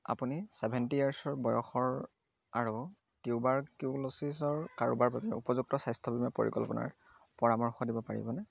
আপুনি চেভেনটি ইয়েৰছৰ বয়সৰ আৰু টিউবাৰকিউলছিছৰ কাৰোবাৰ বাবে উপযুক্ত স্বাস্থ্য বীমা পৰিকল্পনাৰ পৰামৰ্শ দিব পাৰিবনে